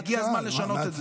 והגיע הזמן לשנות את זה.